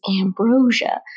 Ambrosia